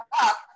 up